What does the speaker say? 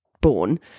born